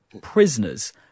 prisoners